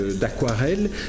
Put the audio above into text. d'aquarelles